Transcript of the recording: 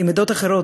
עם עדות אחרות,